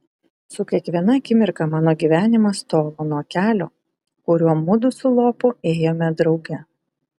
su kiekviena akimirka mano gyvenimas tolo nuo kelio kuriuo mudu su lopu ėjome drauge